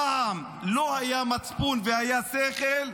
פעם לא היה מצפון והיה שכל,